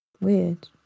Weird